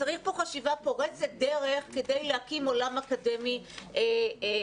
צריך חשיבה פורצת דרך כדי להקים עולם אקדמי נוסף.